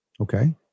Okay